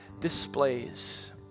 displays